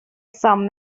sum